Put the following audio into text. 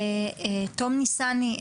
תום ניסני,